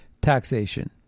taxation